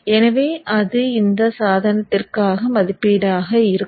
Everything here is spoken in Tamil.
எனவே அது இந்த சாதனத்திற்கான மதிப்பீடாக இருக்கும்